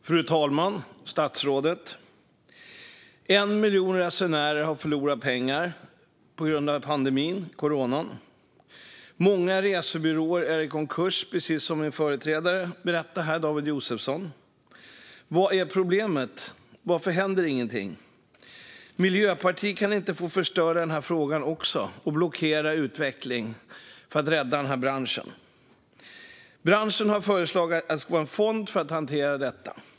Fru talman! Statsrådet! 1 miljon resenärer har förlorat pengar på grund av coronapandemin. Många resebyråer har gått i konkurs, precis som min kollega David Josefsson berättade här. Vad är problemet? Varför händer ingenting? Miljöpartiet kan inte få förstöra denna fråga också och blockera en utveckling för att rädda denna bransch. Branschen har föreslagit att det ska vara en fond för att hantera detta.